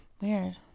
Weird